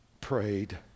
prayed